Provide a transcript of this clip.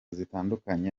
zitandukanye